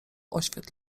oświet